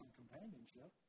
companionship